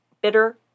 bitter